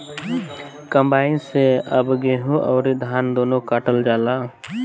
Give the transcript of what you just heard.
combine से अब गेहूं अउर धान दूनो काटल जाला